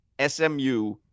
SMU